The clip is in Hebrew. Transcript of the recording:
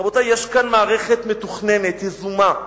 רבותי, יש כאן מערכת מתוכננת, יזומה,